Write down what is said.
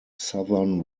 southern